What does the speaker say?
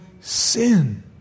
sin